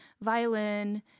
violin